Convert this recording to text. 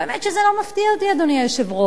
האמת שזה לא מפתיע אותי, אדוני היושב-ראש.